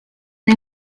una